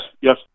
yes